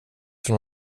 för